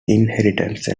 inheritance